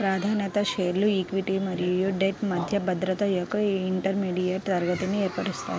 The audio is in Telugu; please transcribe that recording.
ప్రాధాన్యత షేర్లు ఈక్విటీలు మరియు డెట్ మధ్య భద్రత యొక్క ఇంటర్మీడియట్ తరగతిని ఏర్పరుస్తాయి